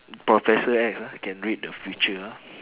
professor X ah can read the future ah